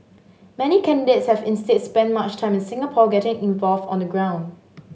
many candidates have instead spent much time in Singapore getting involved on the ground